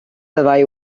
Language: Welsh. fyddai